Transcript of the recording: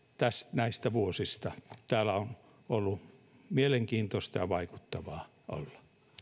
näistä vuosista täällä on ollut mielenkiintoista ja vaikuttavaa olla